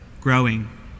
growing